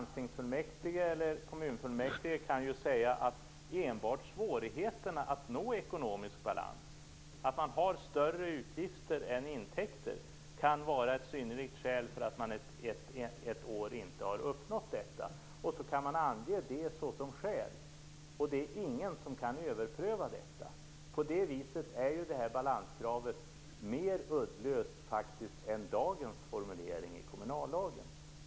Dessa kan ju säga att enbart svårigheterna att nå ekonomisk balans, dvs. att man har större utgifter än intäkter, kan vara ett synnerligt skäl för att man ett år inte har uppnått balans. Sedan kan man ange det som skäl, och det är ingen som kan överpröva detta. På det viset är det här balanskravet faktiskt mer uddlöst än dagens formulering i kommunallagen.